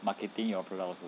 marketing your product also